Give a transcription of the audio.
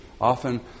often